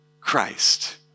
Christ